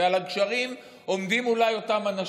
ועל הגשרים עומדים אולי אותם אנשים,